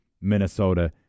Minnesota